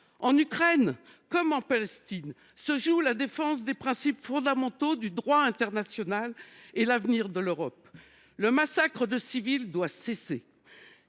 En Ukraine comme en Palestine se jouent la défense des principes fondamentaux du droit international et l’avenir de l’Europe. Le massacre de civils doit cesser.